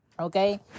Okay